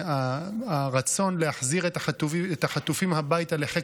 הרצון להחזיר את החטופים הביתה לחיק